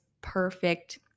perfect